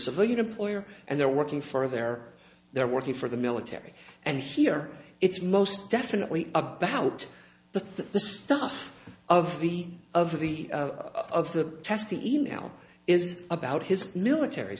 civilian employer and they're working for their they're working for the military and here it's most definitely about the the stuff of the of the of the test the e mail is about his military